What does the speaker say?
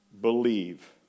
Believe